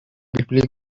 briefly